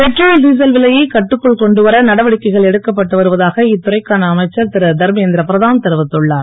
petrol diesel விலையை கட்டுக்குள் கொண்டு வர நடவடிக்கைகள் எடுக்கப்பட்டு வருவதாக இத்துறைக்கான அமைச்சர் ரு தர்மேந் ரபிரதான் தெரிவித்துள்ளார்